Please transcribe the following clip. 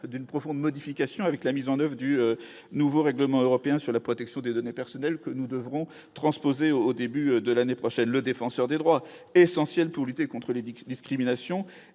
d'une profonde modification avec la mise en oeuvre du nouveau règlement européen sur la protection des données personnelles que nous devrons transposée au début de l'année prochaine, le défenseur des droits essentiels pour lutter contre les 10 que discrimination